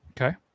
Okay